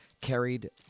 carried